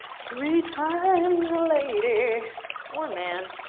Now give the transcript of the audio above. three times a lady. or man.